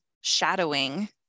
shadowing